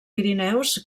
pirineus